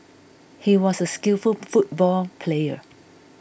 he was a skillful football player